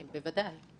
בוודאי.